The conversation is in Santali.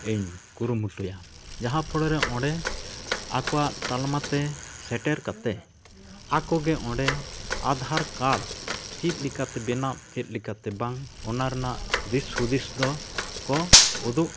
ᱤᱧ ᱠᱩᱨᱩᱢᱩᱴᱩᱭᱟ ᱡᱟᱦᱟᱸ ᱚᱸᱰᱮ ᱟᱠᱚᱣᱟᱜ ᱛᱟᱞᱢᱟᱛᱮ ᱥᱮᱴᱮᱨ ᱠᱟᱛᱮᱫ ᱟᱠᱚᱜᱮ ᱚᱸᱰᱮ ᱪᱮᱫ ᱞᱮᱠᱟᱛᱮ ᱵᱮᱱᱟᱣ ᱪᱮᱫ ᱞᱮᱠᱟᱛᱮ ᱵᱟᱝ ᱚᱱᱟ ᱨᱮᱱᱟᱜ ᱫᱤᱥᱼᱦᱩᱫᱤᱥ ᱫᱚᱠᱚ ᱩᱫᱩᱜ